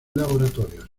laboratorios